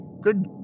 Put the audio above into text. Good